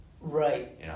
Right